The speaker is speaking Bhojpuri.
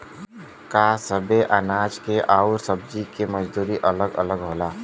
का सबे अनाज के अउर सब्ज़ी के मजदूरी अलग अलग होला?